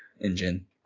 engine